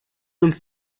uns